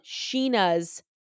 Sheena's